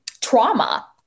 trauma